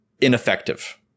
ineffective